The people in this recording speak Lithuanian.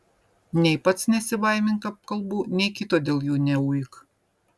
nei pats nesibaimink apkalbų nei kito dėl jų neuik